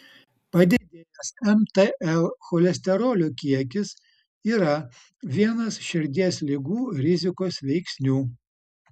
padidėjęs mtl cholesterolio kiekis yra vienas širdies ligų rizikos veiksnių